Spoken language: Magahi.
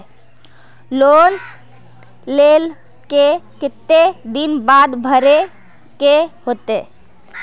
लोन लेल के केते दिन बाद भरे के होते?